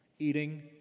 Eating